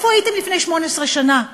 איפה הייתם לפני 18 שנה,